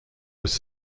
was